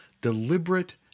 Deliberate